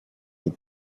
they